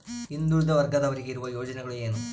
ಹಿಂದುಳಿದ ವರ್ಗದವರಿಗೆ ಇರುವ ಯೋಜನೆಗಳು ಏನು?